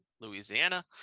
Louisiana